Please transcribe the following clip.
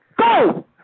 Go